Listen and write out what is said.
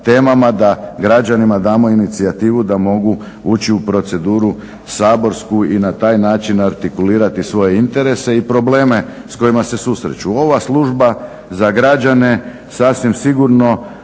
da građanima damo inicijativu da mogu uči u proceduru, saborsku i na taj način artikulirati svoje interese i probleme s kojima se susreću. Ova Služba za građane sasvim sigurno